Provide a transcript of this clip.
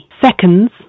seconds